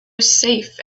safe